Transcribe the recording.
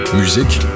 musique